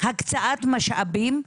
הקצאת משאבים,